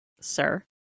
sir